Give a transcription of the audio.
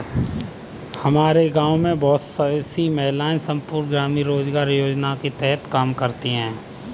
हमारे गांव में बहुत सी महिलाएं संपूर्ण ग्रामीण रोजगार योजना के तहत काम करती हैं